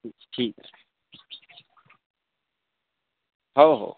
ठीक आहे हो हो